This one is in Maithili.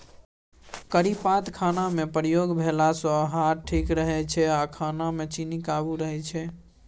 करी पात खानामे प्रयोग भेलासँ हार्ट ठीक रहै छै आ खुनमे चीन्नी काबू रहय छै